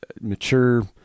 mature